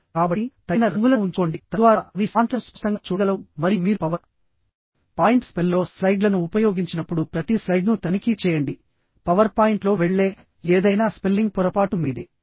కాబట్టి తగిన రంగులను ఉంచుకోండి తద్వారా అవి ఫాంట్లను స్పష్టంగా చూడగలవు మరియు మీరు పవర్ పాయింట్ స్పెల్లో స్లైడ్లను ఉపయోగించినప్పుడు ప్రతి స్లైడ్ను తనిఖీ చేయండి పవర్ పాయింట్లో వెళ్ళే ఏదైనా స్పెల్లింగ్ పొరపాటు మీదే